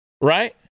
Right